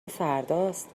فرداست